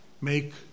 make